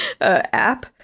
app